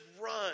run